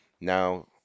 Now